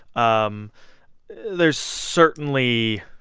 um there's certainly